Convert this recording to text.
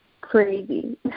crazy